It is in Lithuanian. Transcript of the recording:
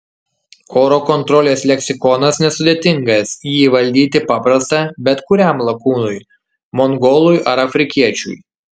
oro kontrolės leksikonas nesudėtingas jį įvaldyti paprasta bet kuriam lakūnui mongolui ar afrikiečiui